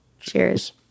Cheers